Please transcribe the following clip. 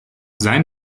sein